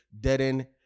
dead-end